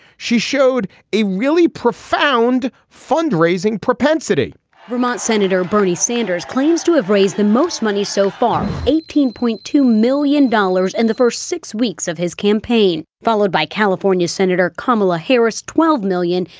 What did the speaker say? she showed a really profound fundraising propensity vermont senator bernie sanders claims to have raised the most money so far. eighteen point two million dollars in the first six weeks of his campaign, followed by california senator kamala harris, twelve million.